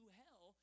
hell